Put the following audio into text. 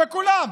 בכולן,